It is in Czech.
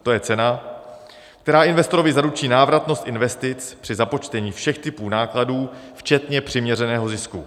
To je cena, která investorovi zaručí návratnost investic při započtení všech typů nákladů včetně přiměřeného zisku.